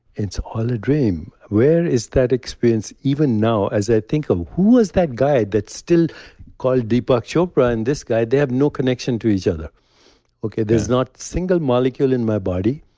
it's all a dream. where is that experience? even now as i think of, who was that guy that still called deepak chopra and this guy, they have no connection to each other okay. there's no single molecule in my body,